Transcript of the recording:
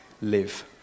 live